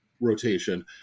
rotation